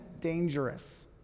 dangerous